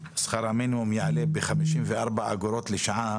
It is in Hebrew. שכר המינימום יעלה ב-54 אגורות לשעה,